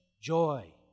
joy